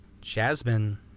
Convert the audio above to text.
Jasmine